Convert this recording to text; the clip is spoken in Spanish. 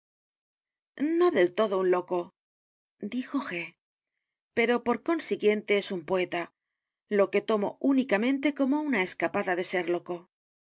no del todo un loco dijo g pero por consiguiente es un poeta lo que tomo únicamente como una escapada de ser loco